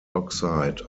oxide